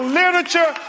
literature